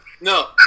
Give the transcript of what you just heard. No